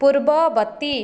ପୂର୍ବବର୍ତ୍ତୀ